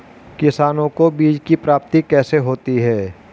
किसानों को बीज की प्राप्ति कैसे होती है?